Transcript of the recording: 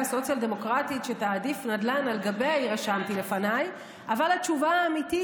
להתייחס, אבל היא עוד לא הצליחה